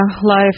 life